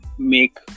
make